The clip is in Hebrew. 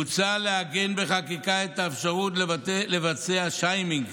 מוצע לעגן בחקיקה את האפשרות לבצע שיימינג